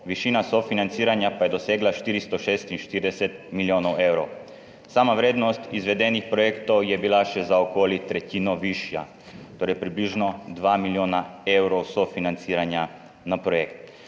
višina sofinanciranja pa je dosegla 446 milijonov evrov. Sama vrednost izvedenih projektov je bila še za okoli tretjino višja, torej približno 2 milijona evrov sofinanciranja na projekt.